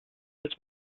als